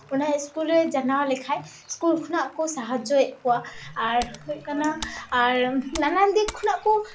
ᱚᱱᱟ ᱥᱠᱩᱞ ᱨᱮ ᱡᱟᱱᱟᱣ ᱞᱮᱠᱷᱟᱡ ᱥᱠᱩᱞ ᱠᱷᱚᱱᱟᱜ ᱠᱚ ᱥᱟᱦᱟᱡᱡᱚᱭᱮᱜ ᱠᱚᱣᱟ ᱟᱨ ᱦᱩᱭᱩᱜ ᱠᱟᱱᱟ ᱟᱨ ᱱᱟᱱᱟᱱ ᱫᱤᱠ ᱠᱷᱚᱱᱟᱜ ᱠᱚ